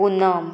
Poonam